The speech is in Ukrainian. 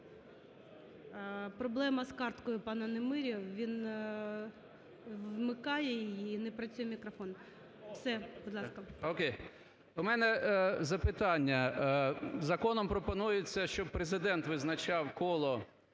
Проблема з карткою в пана Немирі, він вмикає її і не працює мікрофон. Все, будь ласка. 13:31:17 НЕМИРЯ Г.М. У мене запитання. Законом пропонується, щоб Президент визначав коло